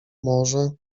może